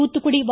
தூத்துக்குடி வ